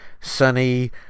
sunny